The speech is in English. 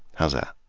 how's that?